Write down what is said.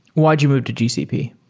why did you move to gcp?